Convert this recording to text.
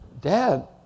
dad